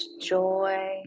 joy